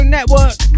Network